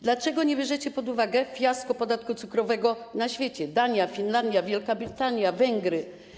Dlaczego nie bierzecie pod uwagę fiaska podatku cukrowego na świecie: w Danii, Finlandii, Wielkiej Brytanii, na Węgrzech?